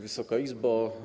Wysoka Izbo!